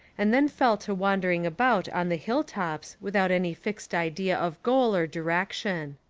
and then fell to wandering about on the hill tops without any fixed idea of goal or direc tion.